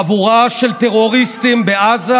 חבורה של טרוריסטים בעזה